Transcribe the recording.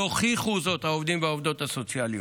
והוכיחו זאת העובדים והעובדות הסוציאליות.